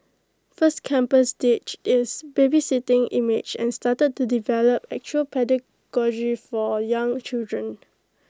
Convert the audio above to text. first campus ditched its babysitting image and started to develop actual pedagogy for young children